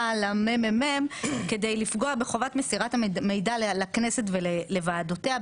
למ.מ.מ כדי לפגוע בחובת מסירת המידע לכנסת ולוועדותיה,